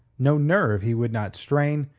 no nerve he would not strain,